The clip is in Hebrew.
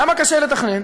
למה קשה לתכנן?